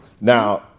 Now